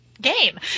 game